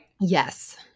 Yes